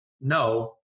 No